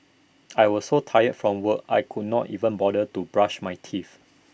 I was so tired from work I could not even bother to brush my teeth